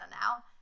now